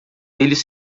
eles